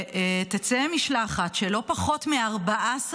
שתצא משלחת של לא פחות מארבעה שרים,